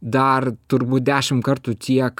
dar turbūt dešim kartų tiek